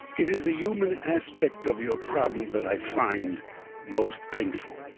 it is the human aspect of your problem that i find most painful.